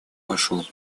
пошел